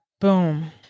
Boom